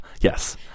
Yes